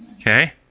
Okay